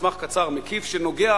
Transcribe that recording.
מסמך קצר, מקיף, שנוגע